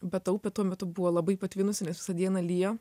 bet ta upė tuo metu buvo labai patvinusi nes visą dieną lijo